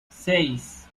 seis